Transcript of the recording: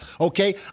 okay